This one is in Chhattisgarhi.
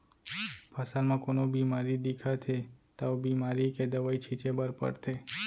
फसल म कोनो बेमारी दिखत हे त ओ बेमारी के दवई छिंचे बर परथे